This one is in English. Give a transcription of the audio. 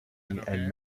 and